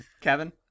Kevin